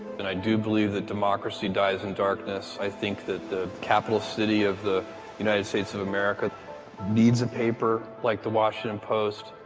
i do believe that democracy dies in darkness. i think that the capital city of the united states of america needs a paper like the washington post.